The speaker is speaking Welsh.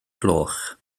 gloch